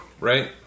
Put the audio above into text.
right